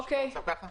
שנשאיר את זה ככה?